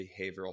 behavioral